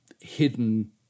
hidden